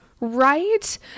Right